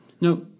No